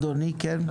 אדוני, בבקשה.